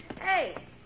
Hey